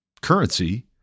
currency